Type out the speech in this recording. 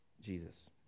Jesus